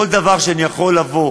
כל דבר שאני יכול לבוא